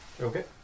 okay